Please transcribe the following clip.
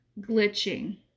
glitching